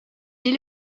est